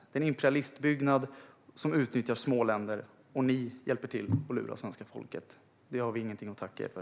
Det är en imperialistbyggnad som utnyttjar små länder, och ni hjälper till och lurar svenska folket. Det har vi inget att tacka er för.